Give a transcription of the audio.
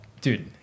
Dude